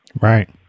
Right